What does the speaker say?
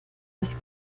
das